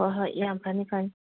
ꯍꯣꯏ ꯍꯣꯏ ꯌꯥꯝ ꯐꯅꯤ ꯐꯅꯤ